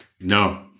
No